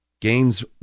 games